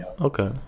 Okay